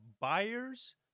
buyers